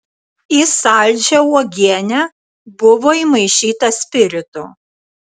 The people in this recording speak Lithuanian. į saldžią uogienę buvo įmaišyta spirito